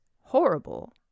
horrible